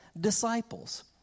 disciples